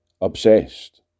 obsessed